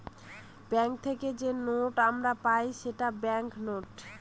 bank থেকে যে note আমরা পাই সেটা ব্যাঙ্ক নোট